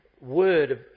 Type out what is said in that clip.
word